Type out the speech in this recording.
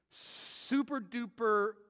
super-duper